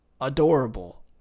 adorable